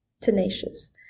tenacious